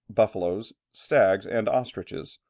buffalos, stags, and ostriches,